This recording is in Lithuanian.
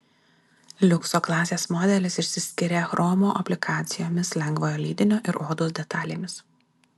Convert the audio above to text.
liukso klasės modelis išsiskiria chromo aplikacijomis lengvojo lydinio ir odos detalėmis